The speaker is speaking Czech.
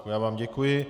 Já vám děkuji.